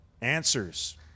Answers